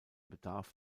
bedarf